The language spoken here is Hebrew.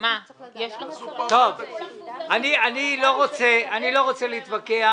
אני לא רוצה להתווכח.